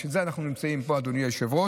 בשביל זה אנחנו נמצאים פה, אדוני היושב-ראש.